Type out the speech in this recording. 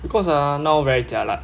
because ah now very jialat